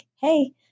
hey